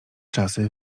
czasy